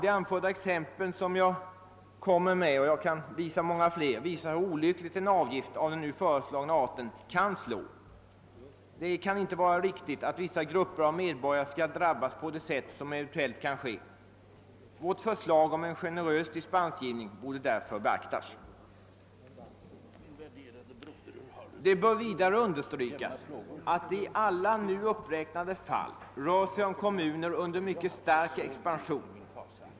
De anförda exemplen — och jag kan komma med många fler — visar hur olyckligt en avgift av den nu föreslagna arten kan slå. Det kan inte vara riktigt att vissa grupper av medborgare skall drabbas på det sätt som i dessa fall eventuell kan ske. Vårt förslag om en generös dispensgivning borde därför beaktas. Det bör vidare understrykas att det i alla nu uppräknade fall rör sig om kommuner under mycket stark expansion.